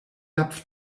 napf